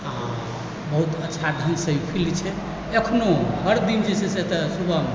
आओर बहुत अच्छा ढ़ङ्गसँ ई फील्ड छै एखनो हर दिन जे छै से एतय सुबह